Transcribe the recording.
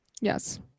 Yes